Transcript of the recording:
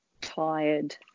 tired